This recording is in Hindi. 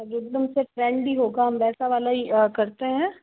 एकदम से ट्रेंडी होगा हम वैसा वाला ही करते है